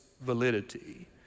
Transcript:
validity